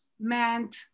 meant